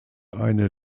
eine